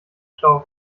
stau